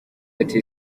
ati